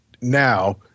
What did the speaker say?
now